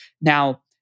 Now